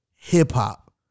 hip-hop